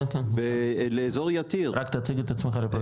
כן, כן, רק תציג את עצמך לפרוטוקול.